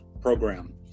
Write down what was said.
program